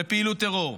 בפעילות טרור.